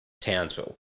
Townsville